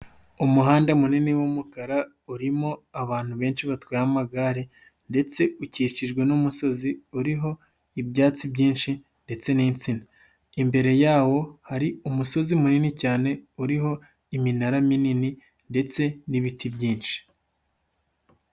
Umuhanda munini w'umukara urimo abantu benshi batwaye amagare, ndetse ukikijwe n'umusozi uriho ibyatsi byinshi ndetse n'insina. Imbere ya wo, hari umusozi munini cyane uriho iminara minini ndetse n'ibiti byinshi.